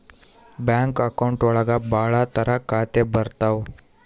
bank account ಒಳಗ ಭಾಳ ತರ ಖಾತೆ ಬರ್ತಾವ್